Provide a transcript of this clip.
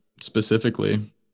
specifically